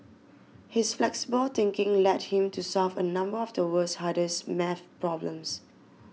his flexible thinking led him to solve a number of the world's hardest math problems